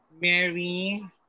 Mary